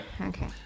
Okay